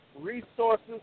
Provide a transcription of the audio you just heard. resources